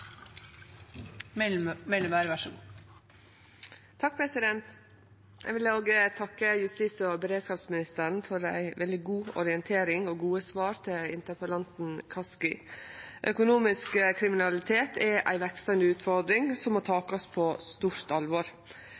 som skal prioriteres. Så økonomisk kriminalitet har vi høyt på vår prioriteringsliste. Eg vil òg takke justis- og beredskapsministeren for ei veldig god orientering og gode svar til interpellanten Kaski. Økonomisk kriminalitet er ei veksande utfordring som må takast på stort alvor.